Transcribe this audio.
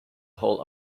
whole